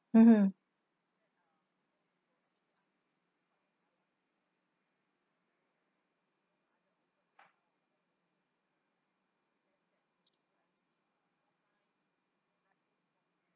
mmhmm